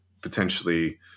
potentially